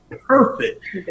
perfect